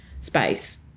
space